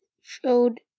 showed